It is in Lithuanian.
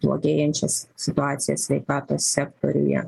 blogėjančias situacijas sveikatos sektoriuje